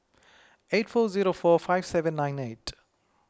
eight four zero four five seven nine eight